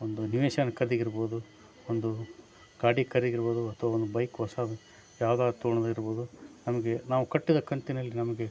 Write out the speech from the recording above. ಒಂದು ನಿವೇಶನ ಕದಿಗಿರ್ಬೋದು ಒಂದು ಕಾಡೀಕರಿಗಿರ್ಬೋದು ಅಥ್ವಾ ಒಂದು ಬೈಕ್ ಹೊಸದು ಯಾವ್ದಾದ ತೋಣದ್ದು ಇರ್ಬೋದು ನಮಗೆ ನಾವು ಕಟ್ಟಿದ ಕಂತಿನಲ್ಲಿ ನಮಗೆ